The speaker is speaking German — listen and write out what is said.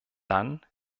dann